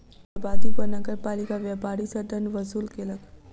जलक बर्बादी पर नगरपालिका व्यापारी सॅ दंड वसूल केलक